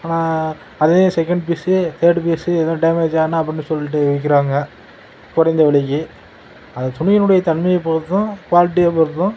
ஆனால் அதே second piece third piece எதுவும் டேமேஜ் ஆனால் அப்படின்னு சொல்லிவிட்டு விற்கிறாங்க குறைந்த விலைக்கு அது துணியினுடைய தன்மையை பொறுத்தும் குவாலிட்டியை பொறுத்தும்